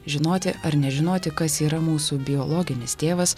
žinoti ar nežinoti kas yra mūsų biologinis tėvas